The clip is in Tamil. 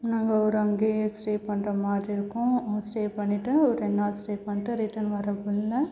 நாங்கள் ஒரு அங்கேயே ஸ்டே பண்ணுற மாதிரி இருக்கும் ஸ்டே பண்ணிவிட்டு ஒரு ரெண்டு நாள் ஸ்டே பண்ணிட்டு ரிட்டன் வரக்குள்ளே